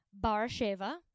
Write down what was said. Barasheva